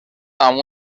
amb